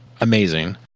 amazing